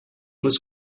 was